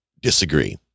disagree